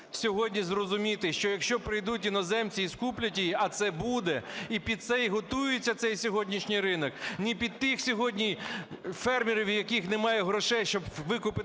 сьогодні зрозуміти, що якщо прийдуть іноземці і скуплять її, а це буде, і під це і готується цей сьогоднішній ринок, не під тих сьогодні фермерів, у яких немає грошей, щоб викупити